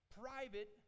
private